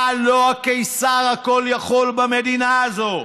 אתה לא הקיסר הכל-יכול במדינה הזאת.